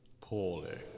poorly